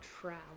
travel